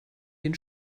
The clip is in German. den